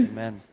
Amen